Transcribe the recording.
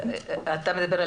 אתה מדבר על